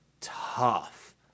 tough